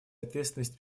ответственность